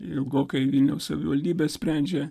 ilgokai vilniaus savivaldybė sprendžia